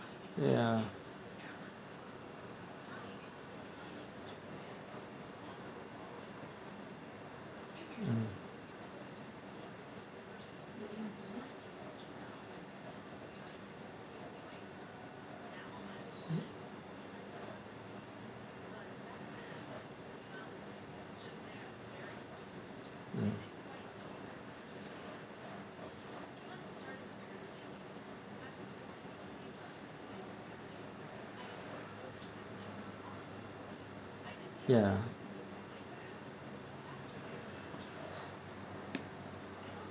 ya mm mm ya